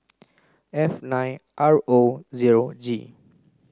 F nine R O zero G